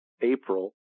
april